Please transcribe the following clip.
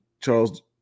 Charles